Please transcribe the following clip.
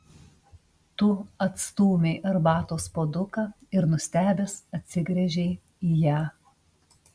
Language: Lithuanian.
tu atstūmei arbatos puoduką ir nustebęs atsigręžei į ją